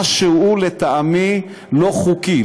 משהו, לטעמי, לא חוקי.